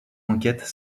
enquête